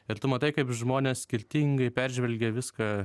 ir tu matai kaip žmonės skirtingai peržvelgia viską